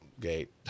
gate